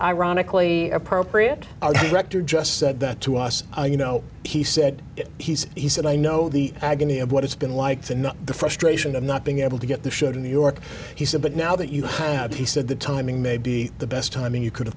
ironically appropriate our director just said that to us you know he said he said i know the agony of what it's been like to know the frustration of not being able to get the show to new york he said but now that you have he said the timing may be the best timing you could